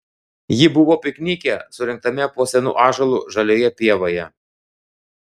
ji buvo piknike surengtame po senu ąžuolu žalioje pievoje